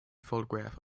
photograph